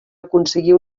aconseguir